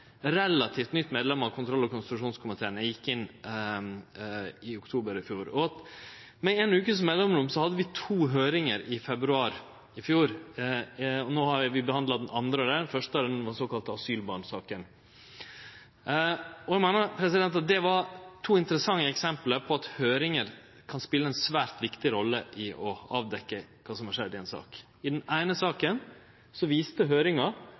relativt nytt medlem av kontroll- og konstitusjonskomiteen – eg gjekk inn i oktober i fjor – har funne interessant: Med ei vekes mellomrom hadde vi i februar i år høyringar i to saker. No har vi behandla den andre av dei. Den første var den såkalla asylbarnsaka. Eg meiner det er to interessante eksempel på at høyringar kan spele ei svært viktig rolle i å avdekkje kva som har skjedd i ei sak. I den eine saka viste høyringa